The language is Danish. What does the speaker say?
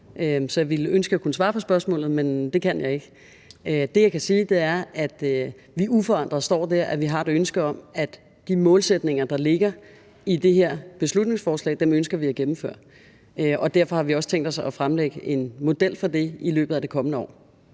Så jeg ville ønske, at jeg kunne svare på spørgsmålet, men det kan jeg ikke. Det, jeg kan sige, er, at vi uforandret står der, hvor vi har et ønske om, at de målsætninger, der ligger i det her beslutningsforslag, ønsker vi at gennemføre, og derfor har vi også tænkt os at fremlægge en model for det i løbet af det kommende år.